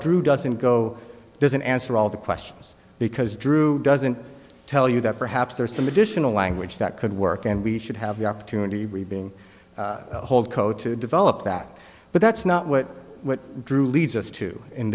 drew doesn't go doesn't answer all the questions because drew doesn't tell you that perhaps there's some additional language that could work and we should have the opportunity we've been hold code to develop that but that's not what drew leads us to in